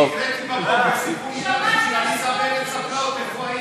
עליסה בארץ הפלאות, איפה היית?